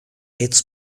its